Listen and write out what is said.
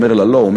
אומר להן "לא",